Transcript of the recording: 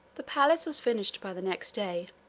the palace was finished by the next day,